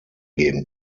geben